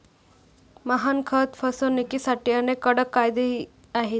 गहाणखत फसवणुकीसाठी अनेक कडक कायदेही आहेत